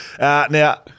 now